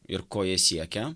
ir ko jie siekia